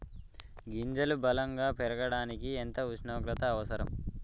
గింజలు బలం గా పెరగడానికి ఎంత ఉష్ణోగ్రత అవసరం?